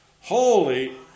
holy